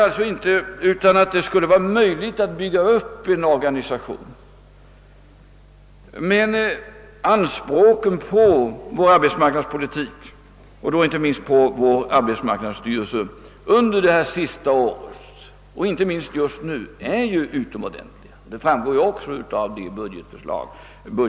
Jag menar inte att det är omöjligt att bygga upp en organisation av önskat slag, men anspråken på vår arbetsmarknadspolitik och på arbetsmarknadsstyrelsen har va rit utomordentligt stora under det senaste året; detta framgår också av det budgetförslag vi framlagt.